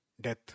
death